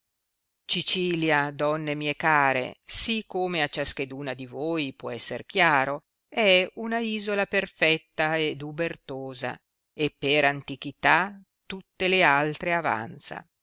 grazia cicilia donne mie care sì come a ciascheduna di voi puoi esser chiaro è una isola perfetta ed ubertosa e per antichità tutte le altre avanza